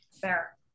fair